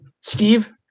Steve